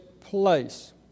place